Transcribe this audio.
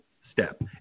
step